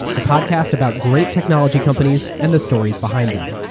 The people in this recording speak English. the podcast about great technology companies and the stories behind them.